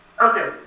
Okay